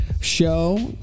show